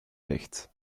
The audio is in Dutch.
ligt